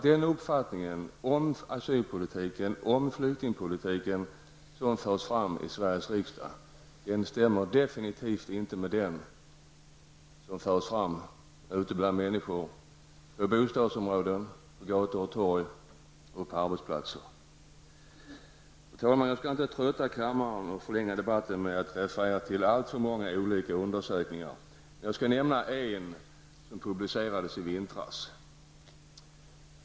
Den uppfattning om asylpolitiken och flyktingpolitiken som är den förhärskande i Sveriges riksdag stämmer definitivt inte med den som förs fram av människor i bostadsområden, på gator och torg och på arbetsplatser. Fru talman! Jag skall inte trötta kammaren och förlänga debatten med att referera till alltför många olika undersökningar, men jag skall nämna en som publicerades i vintras.